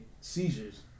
seizures